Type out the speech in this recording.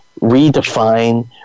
redefine